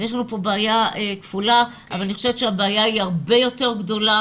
יש לנו כאן בעיה כפולה אבל אני חושבת שהבעיה היא הרבה יותר גדולה